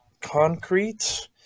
Concrete